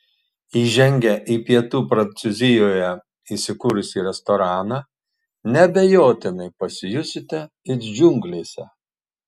įžengę į pietų prancūzijoje įsikūrusį restoraną neabejotinai pasijusite it džiunglėse